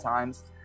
times